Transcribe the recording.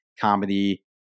comedy